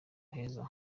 heza